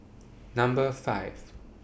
Number five